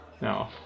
No